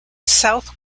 south